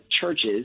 churches